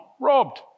robbed